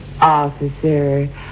Officer